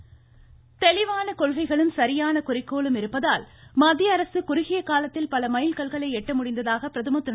நரேந்திரமோடி தெளிவான கொள்கைகளும் சரியான குறிக்கோள்களும் இருப்பதால் மத்திய அரசு குறுகிய காலத்தில் பல மைல் கல்களை எட்ட முடிந்ததாக பிரதமர் திரு